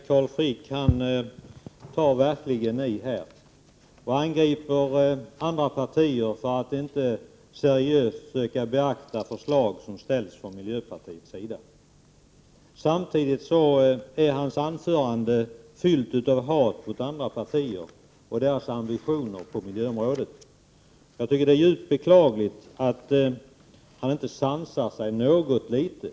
Herr talman! Carl Frick tar verkligen i. Han angriper andra partier för att inte seriöst beakta förslag som framläggs av miljöpartiet. Samtidigt är hans anförande fyllt av hat mot andra partier och deras ambitioner på miljöområdet. Jag tycker att det är djupt beklagligt att han inte sansar sig något litet.